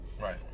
Right